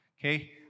Okay